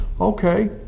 Okay